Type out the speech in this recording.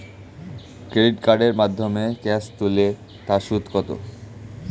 Credit কার্ডের মাধ্যমে cash তুলে তার সুদ কত?